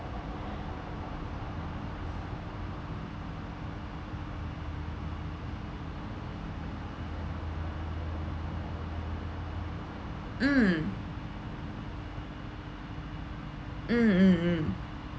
mm mm mm mm